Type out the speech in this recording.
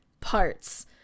parts